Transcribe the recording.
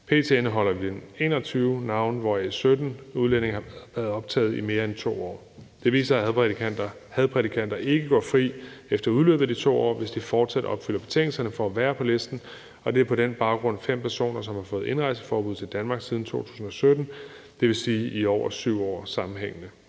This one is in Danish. P.t. indeholder den 21 navne, hvoraf 17 udlændinge har været optaget i mere end 2 år. Det viser, at hadprædikanter ikke går fri efter udløbet af de 2 år, hvis de fortsat opfylder betingelserne for at være på listen, og det er på den baggrund fem personer, som har fået indrejseforbud til Danmark siden 2017, det vil sige i over 7 år sammenhængende.